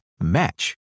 match